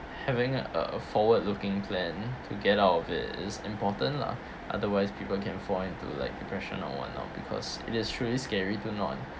having a forward-looking plan to get out of it is important lah otherwise people can fall into like depression or whatnot because it is truly scary to not